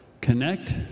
connect